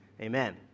Amen